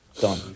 Done